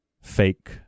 fake